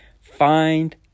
find